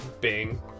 Bing